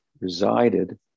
resided